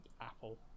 Apple